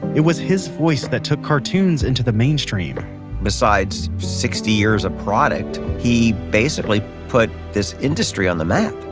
it was his voice that took cartoons into the mainstream besides sixty years of product, he basically put this industry on the map.